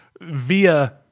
via